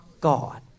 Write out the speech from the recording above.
God